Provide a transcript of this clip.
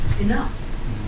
enough